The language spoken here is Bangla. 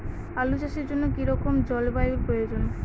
আলু চাষের জন্য কি রকম জলবায়ুর প্রয়োজন?